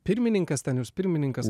pirmininkas ten jūs pirmininkas